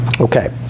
Okay